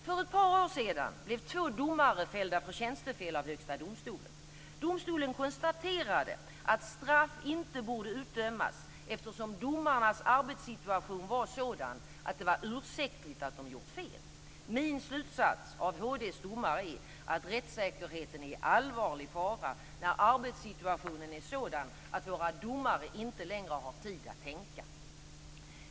För ett par år sedan blev två domare fällda för tjänstefel av Högsta domstolen. Domstolen konstaterade att straff inte borde utdömas, eftersom domarnas arbetssituation var sådan att det var ursäktligt att de gjort fel. Min slutsats av HD:s domar är att rättssäkerheten är i allvarlig fara när arbetssituationen är sådan att våra domare inte längre har tid att tänka.